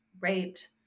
raped